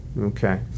okay